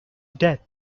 death